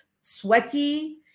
sweaty